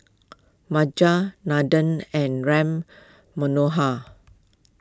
Majat Nandan and Ram Manohar